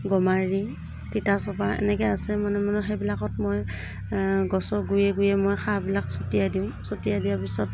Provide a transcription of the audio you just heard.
গমাৰি তিতাচপা এনেকৈ আছে মানে মানে সেইবিলাকত মই গছৰ গুৰিয়ে গুৰিয়ে মই সাৰবিলাক ছটিয়াই দিওঁ ছটিয়াই দিয়াৰ পাছত মানে